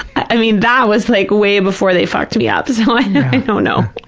i mean, that was like way before they fucked me ah up, so i don't know.